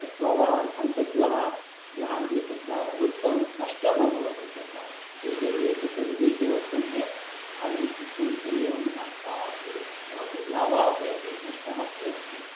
चत्वारः पञ्चगृहा गृहाणि तत्र लुप्तं नष्टम् अभवत् तत्र ते सर्वे तत्र विदेशे एव वर्तन्ते आधुनिकशिक्षणस्य एवं नष्टाः अपि भवन्ति लाभः अपि अस्ति नष्टः अपि अस्ति